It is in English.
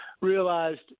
realized